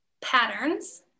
patterns